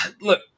look